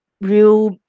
real